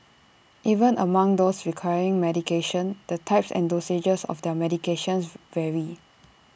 even among those requiring medication the types and dosages of their medications vary